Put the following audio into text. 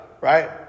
right